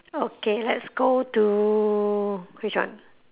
okay let's go to which one